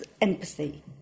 empathy